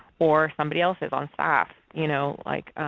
or somebody else's on staff. you know like